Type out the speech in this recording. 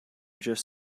just